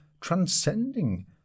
transcending